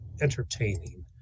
entertaining